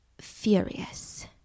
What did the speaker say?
furious